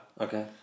Okay